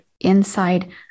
inside